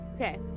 Okay